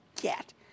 get